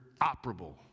operable